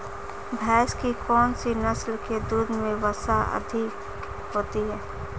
भैंस की कौनसी नस्ल के दूध में वसा अधिक होती है?